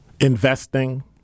investing